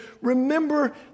remember